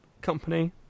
company